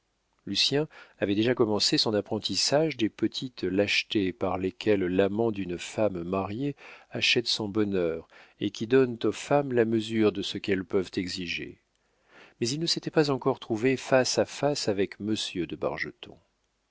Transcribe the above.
lucien avait déjà commencé son apprentissage des petites lâchetés par lesquelles l'amant d'une femme mariée achète son bonheur et qui donnent aux femmes la mesure de ce qu'elles peuvent exiger mais il ne s'était pas encore trouvé face à face avec monsieur de